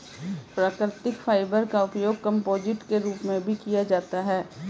प्राकृतिक फाइबर का उपयोग कंपोजिट के रूप में भी किया जाता है